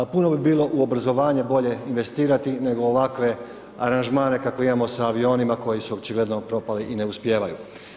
Puno bi bilo u obrazovanje bolje investirati nego u ovakve aranžmane kakve imamo sa avionima koji su očigledno propali i ne uspijevaju.